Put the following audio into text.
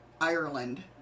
Ireland